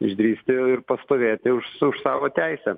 išdrįsti ir pastovėti užs už savo teisę